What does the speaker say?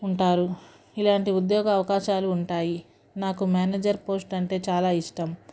ఉంటారు ఇలాంటి ఉద్యోగ అవకాశాలు ఉంటాయి నాకు మేనేజర్ పోస్ట్ అంటే చాలా ఇష్టం